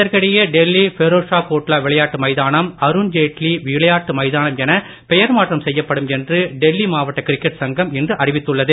இதற்கிடையே டெல்லி பிரோஸ்ஷா கோட்லா விளையாட்டு மைதானம் அருண் ஜேட்லி விளையாட்டு மைதானம் என பெயர் மாற்றம் செய்யப்படும் என்று டெல்லி மாவட்ட கிரிக்கெட் சங்கம் இன்று அறிவித்துள்ளது